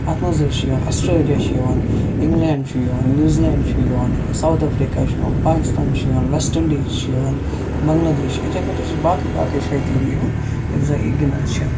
اَتھ منٛز حظ چھِ یِوان اَسٹریلِیا چھُ یِوان اِنٛگلینٛڈ چھُ یِوان نِیوٗزِلینٛڈ چھُ یِوان سَوُتھ اَفریٖکا چھُ یِوان پاکِستان چھُ یِوان ویسٹہٕ اِنڈیٖز چھُ یِوان بَنٛگلادیش اِتھٕے پٲٹھۍ حظ چھ باقٕے باقٕے تہِ چھِ یِوان یِم زَن یہِ گِنٛدان چھِ